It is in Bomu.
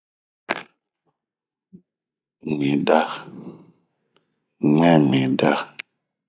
mwinda, muɛnmwinda